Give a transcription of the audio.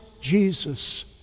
Jesus